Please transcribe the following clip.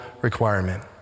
requirement